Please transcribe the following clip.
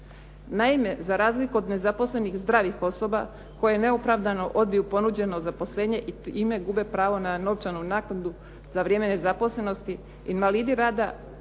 Naime, za razliku od nezaposlenih zdravih osoba koje neopravdano odbiju ponuđeno zaposlenje i time gube pravo na novčanu naknadu za vrijeme nezaposlenosti, invalidi rada